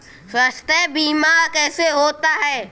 स्वास्थ्य बीमा कैसे होता है?